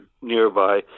nearby